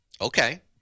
Okay